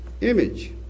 image